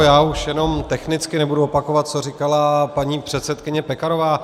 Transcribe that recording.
Já už jenom technicky, nebudu opakovat, co říkala paní předsedkyně Pekarová.